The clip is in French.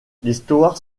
l’histoire